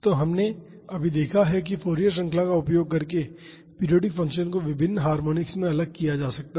तो हमने अभी देखा है कि फॉरिएर श्रृंखला का उपयोग करके पीरियाडिक फ़ंक्शन को विभिन्न हार्मोनिक्स में अलग किया जा सकता है